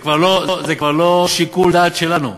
זה כבר לא שיקול דעת שלנו,